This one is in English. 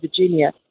Virginia